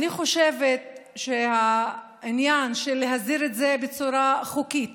אני חושבת שהעניין של להסדיר את זה בצורה חוקית